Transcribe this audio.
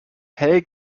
hell